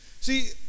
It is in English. See